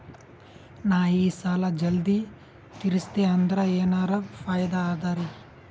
ನಾ ಈ ಸಾಲಾ ಜಲ್ದಿ ತಿರಸ್ದೆ ಅಂದ್ರ ಎನರ ಫಾಯಿದಾ ಅದರಿ?